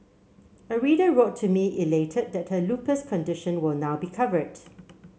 a reader wrote to me elated that her lupus condition will now be covered